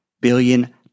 billion